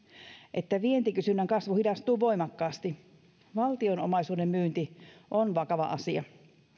että vientikysynnän kasvu hidastuu voimakkaasti valtionomaisuuden myynti on vakava asia